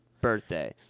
birthday